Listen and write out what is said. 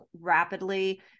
rapidly